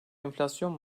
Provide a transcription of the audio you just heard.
enflasyon